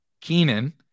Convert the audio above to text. Keenan